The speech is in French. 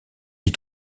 les